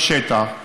בשטח,